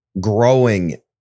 growing